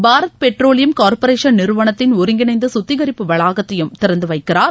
Bharat Petroleum Corporation நிறுவனத்தின் ஒருங்கிணைந்த சுத்திகரிப்பு வளாகத்தையும் திறந்து வைக்கிறார்